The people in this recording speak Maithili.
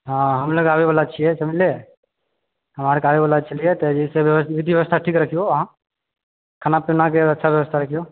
हाँ हमलोग आबए वाला छिऐ समझलिऐ हमरा आरके आबै बला छलिऐ तऽ जे छै विधि व्यवस्था ठीक रखिऔ अहाँ खाना पीनाके अस्था व्यवस्था रखिऔ